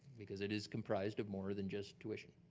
because it is comprised of more than just tuition.